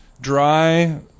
Dry